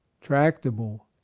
tractable